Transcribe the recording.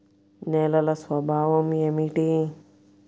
నేలల స్వభావం ఏమిటీ?